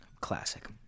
Classic